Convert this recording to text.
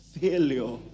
failure